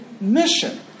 mission